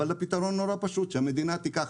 אבל הפתרון נורא פשוט שהמדינה תיקח